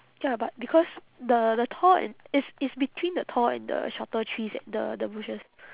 ya but because the the tall and it's it's between the tall and the shorter trees eh the the bushes